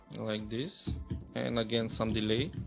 like this and again some delay.